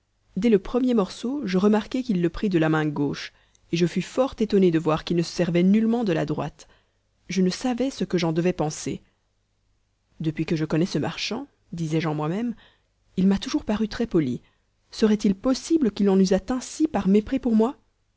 dès le premier morceau je remarquai qu'il le prit de la main gauche et je fus fort étonné de voir qu'il ne se servait nullement de la droite je ne savais ce que j'en devais penser depuis que je connais ce marchand disais-je en moi-même il m'a toujours paru très poli serait-il possible qu'il en usât ainsi par mépris pour moi